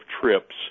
trips